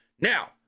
Now